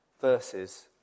verses